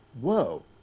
whoa